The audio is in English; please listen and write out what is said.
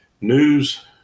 news